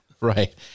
Right